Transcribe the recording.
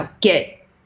get